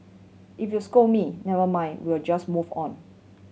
if you scold me never mind we'll just move on